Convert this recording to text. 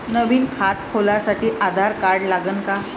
नवीन खात खोलासाठी आधार कार्ड लागन का?